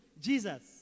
Jesus